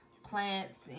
Plants